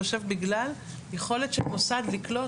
זה יושב בגלל יכולת של מוסד לקלוט,